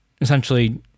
essentially